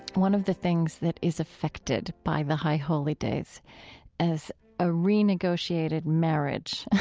one of the things that is affected by the high holy days as a renegotiated marriage,